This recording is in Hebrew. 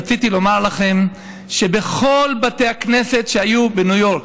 רציתי לומר לכם שבכל בתי הכנסת שהיו בניו יורק,